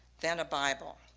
then a bible.